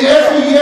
כי איך יהיה